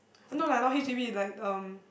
uh no lah not H_D_B like um